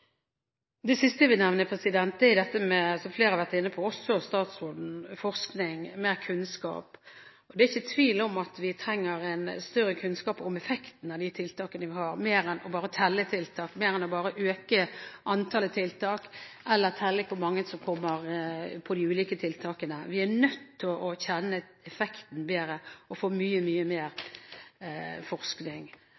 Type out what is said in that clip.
Det siste jeg vil nevne, er dette som flere har vært inne på, også statsråden, om forskning og mer kunnskap. Det er ikke tvil om at vi trenger en større kunnskap om effekten av de tiltakene vi har, mer enn bare å telle tiltak, øke antallet tiltak eller telle hvor mange som kommer på de ulike tiltakene. Vi er nødt til å kjenne effekten bedre og få mye mer